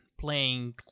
playing